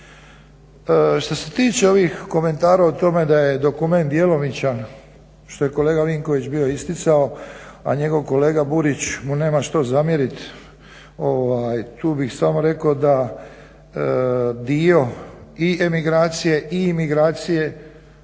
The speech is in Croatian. Što se tiče ovih komentara o tome da je dokument djelomičan, što je kolega Vinković bio isticao, a njegov kolega Burić mu nema što zamjerit, tu bih samo rekao da dio i emigracije i imigracije